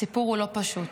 הסיפור הוא לא פשוט,